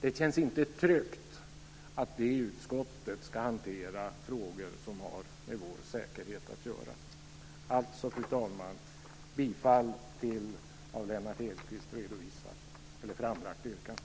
Det känns inte tryggt att det utskottet ska hantera frågor som har med vår säkerhet att göra. Fru talman! Alltså yrkar jag bifall till det av Lennart Hedquist framlagda yrkandet.